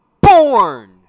BORN